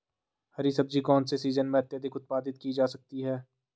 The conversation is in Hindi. हरी सब्जी कौन से सीजन में अत्यधिक उत्पादित की जा सकती है?